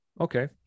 okay